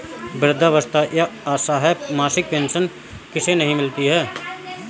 वृद्धावस्था या असहाय मासिक पेंशन किसे नहीं मिलती है?